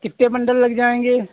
कितने बन्डल लग जाएँगे